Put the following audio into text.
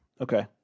Okay